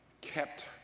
kept